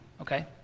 okay